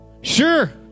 Sure